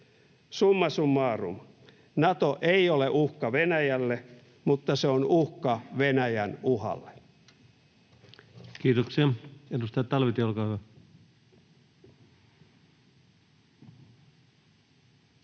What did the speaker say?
Summa summarum: Nato ei ole uhka Venäjälle, mutta se on uhka Venäjän uhalle. [Timo Heinonen: Hyvä